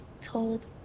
told